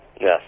Yes